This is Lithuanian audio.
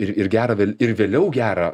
ir ir gera ir vėliau gera